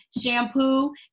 shampoo